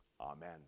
Amen